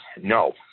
no